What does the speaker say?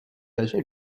âgé